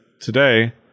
today